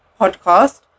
podcast